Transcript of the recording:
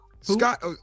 Scott